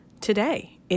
today